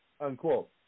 Unquote